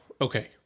okay